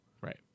right